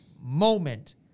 moment